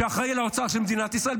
שאחראי על האוצר של מדינת ישראל,